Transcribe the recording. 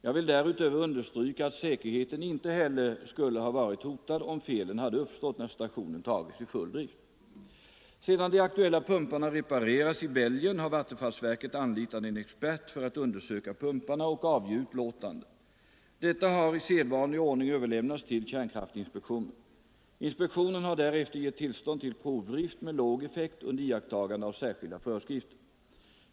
Jag vill därutöver understryka att säkerheten inte heller skulle ha varit hotad om felen hade uppstått när stationen tagits i full drift. Sedan de aktuella pumparna reparerats i Belgien har vattenfallsverket anlitat en expert för att undersöka pumparna och avge utlåtande. Detta har i sedvanlig ordning överlämnats till kärnkraftinspektionen. Inspektionen har därefter gett tillstånd till provdrift med låg effekt under iakttagande av särskilda föreskrifter.